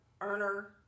earner